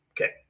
Okay